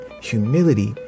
humility